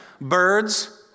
Birds